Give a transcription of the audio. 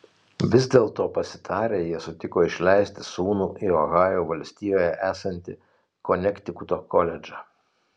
vis dėlto pasitarę jie sutiko išleisti sūnų į ohajo valstijoje esantį konektikuto koledžą